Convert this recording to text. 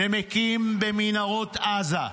נמקים במנהרות עזה,